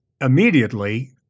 immediately